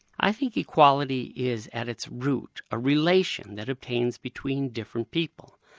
i think equality is at its root, a relation that obtains between different people.